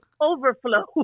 overflow